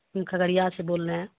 ہم کھگڑیا سے بول رہے ہیں